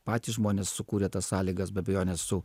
patys žmonės sukūrė tas sąlygas be abejonės su